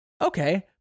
okay